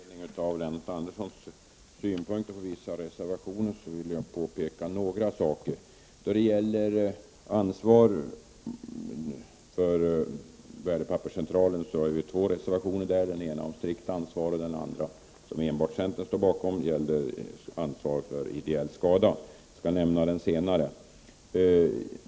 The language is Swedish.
Herr talman! Med anledning av Lennart Anderssons synpunkter på vissa reservationer vill jag påpeka några saker. Då det gäller Värdepapperscentralens ansvar finns det två reservationer. Den ena gäller strikt ansvar, och den andra, som enbart centern står bakom, gäller ansvar för ideell skada. Jag skall ta upp den senare.